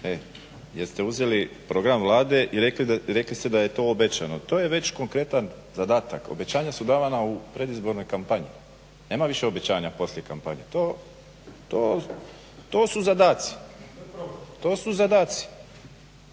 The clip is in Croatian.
jeste uzeli program Vlade i rekli ste da je to obećano. To je već konkretan zadatak, obećanja su davana u predizbornoj kampanji. Nema više obećanja poslije kampanje. To su zadaci. E sada